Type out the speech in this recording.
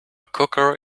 cooker